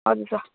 हजुर सर